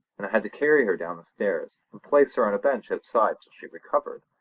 and i had to carry her down the stairs, and place her on a bench outside till she recovered.